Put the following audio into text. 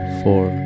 four